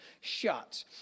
shut